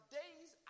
days